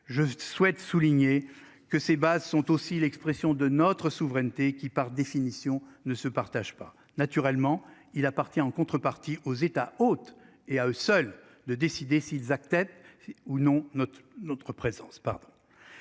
je souhaite souligner que ses bases sont aussi l'expression de notre souveraineté qui par définition ne se partage pas, naturellement, il appartient en contrepartie aux États. Et à eux seuls de décider s'ils Acted. Ou non notre notre présence